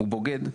הוא בוגד?